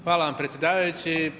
Hvala vam predsjedavajući.